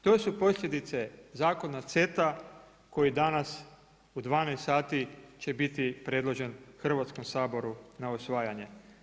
To su posljedice zakona CETA koji danas u 12 sati će biti predložen Hrvatskom saboru na usvajanje.